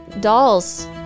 dolls